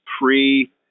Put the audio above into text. pre-